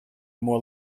more